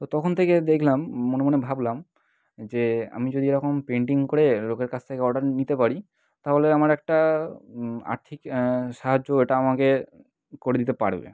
তো তখন থেকে দেখলাম মনে মনে ভাবলাম যে আমি যদি এরকম পেন্টিং করে লোকের কাছ থেকে অর্ডার নিতে পারি তাহলে আমার একটা আর্থিক সাহায্য ওইটা আমাকে করে দিতে পারবে